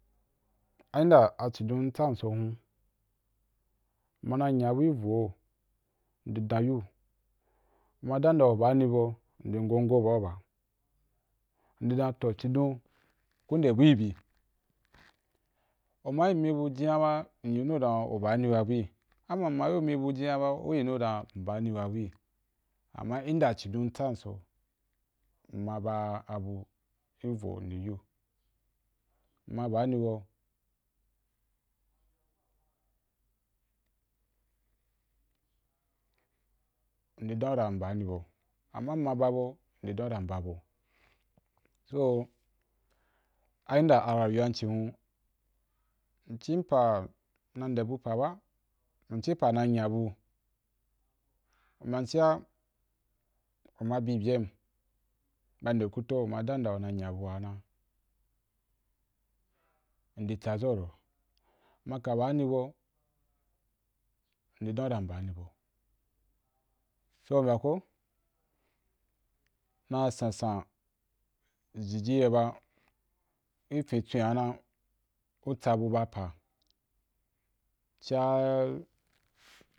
A inda achidom tsam so hun mma na nya bu ivo, ndi dan yu, u ma dan yim dan u ba ni bau, ndi ngohyo bau ba, ndi dan toh chidon ku nde bu yi bi, u ma yim mi bu cinya ba, myi nu dan u bani ba bui, am ma mma yu mi bu cinya ba u yi nu dan mmbani ba bu’i ama inda chidom tsam so hun, mma ba abu ivo ndi yu mma bani bau, ndi dan yu dan mmbani bau, ama mma ba bau ndi dan yu dan mba bau so a yin da arayuwa ci hun, mcim pa na nde bu pa ba, mci pa na nya bu, u mbyam ci’a u ma bi bem ba ndekuto u ma dan yim dan una nya bua na ndi tsa za yo, mma ka ba ni bau ndì dan yu dan mbani bau, so u mbya ko na san san jiji ye ba ifintwe a na u tsa bu ba pa cia